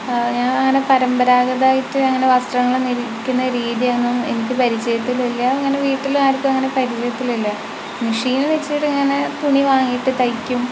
ഞങ്ങളങ്ങനെ പരമ്പരാഗതമായിട്ട് അങ്ങനെ വസ്ത്രങ്ങൾ നെരിക്കുന്ന രീതിയൊന്നും എനിക്ക് പരിചയത്തിലില്ല അങ്ങനെ വീട്ടിലും ആർക്കും അങ്ങനെ പരിചയത്തിലില്ല മെഷീൻ വെച്ചിട്ട് ഇങ്ങനെ തുണി വാങ്ങിയിട്ട് തയ്ക്കും